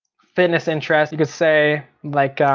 fitness interests you could say like,